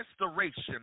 restoration